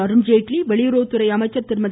அருண்ஜேட்லி வெளியுறவுத்துறை அமைச்சர் திருமதி